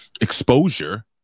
exposure